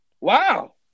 Wow